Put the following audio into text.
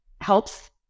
helps